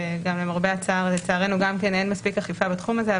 כשלמרבה הצער לצערנו אין מספיק אכיפה בתחום הזה,